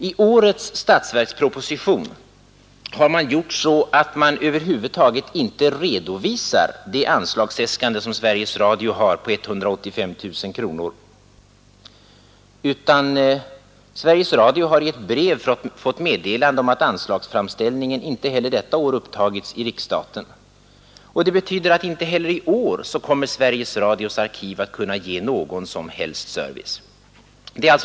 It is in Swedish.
I årets statsverksproposition redovisas över huvud taget inte det anslagsäskande på 185 000 kronor som Sveriges Radio har gjort, utan Sveriges Radio har i brev fått meddelande om att anslagsframställningen inte detta år upptagits i riksstaten. Det betyder att Sveriges Radios arkiv inte heller i år kommer att kunna ge någon som helst service.